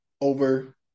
over